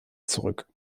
zurück